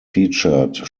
featured